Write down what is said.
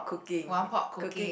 one pot cooking